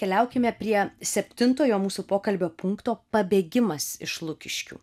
keliaukime prie septintojo mūsų pokalbio punkto pabėgimas iš lukiškių